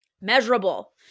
Measurable